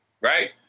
Right